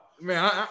Man